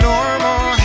Normal